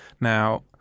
now